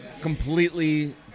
completely